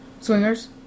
Swingers